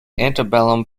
antebellum